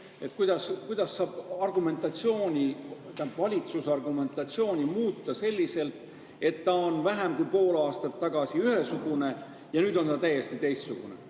Kuidas saab valitsus argumentatsiooni muuta selliselt, et see on vähem kui pool aastat tagasi ühesugune ja nüüd on see täiesti teistsugune?